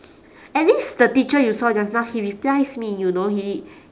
at least the teacher you saw just now he replies me you know he